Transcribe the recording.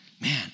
man